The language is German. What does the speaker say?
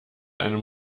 einem